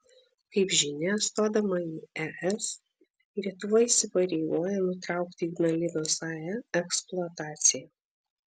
kaip žinia stodama į es lietuva įsipareigojo nutraukti ignalinos ae eksploataciją